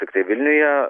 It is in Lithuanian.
tiktai vilniuje